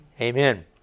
Amen